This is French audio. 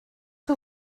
que